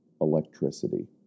electricity